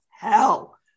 hell